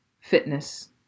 fitness